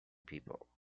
people